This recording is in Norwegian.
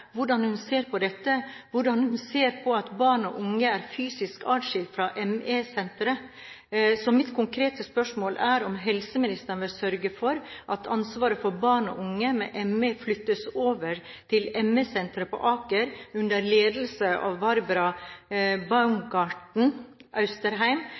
hvordan hun ser på dette, hvordan hun ser på at barn og unge er fysisk atskilt fra ME-senteret. Mitt konkrete spørsmål er om helseministeren vil sørge for at ansvaret for barn og unge med ME flyttes over til ME-senteret på Aker sykehus under ledelse av